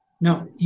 Now